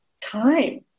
time